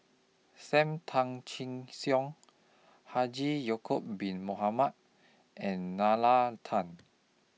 SAM Tan Chin Siong Haji Ya'Acob Bin Mohamed and Nalla Tan